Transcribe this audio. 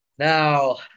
Now